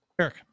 Eric